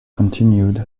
continued